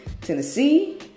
Tennessee